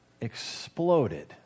exploded